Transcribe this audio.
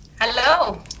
Hello